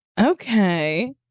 Okay